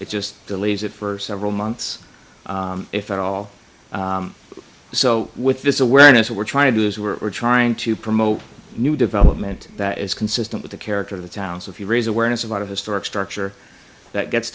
it just delays it for several months if at all so with this awareness what we're trying to do is we're trying to promote new development that is consistent with the character of the town so if you raise awareness of out of historic structure that gets